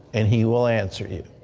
and he will answer you.